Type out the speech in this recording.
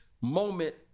moment